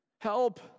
Help